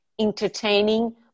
entertaining